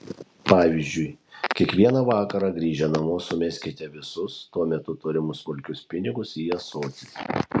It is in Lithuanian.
pavyzdžiui kiekvieną vakarą grįžę namo sumeskite visus tuo metu turimus smulkius pinigus į ąsotį